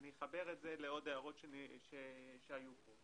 ואני אחבר את זה לעוד הערות שהיו פה,